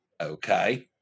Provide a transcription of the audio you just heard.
Okay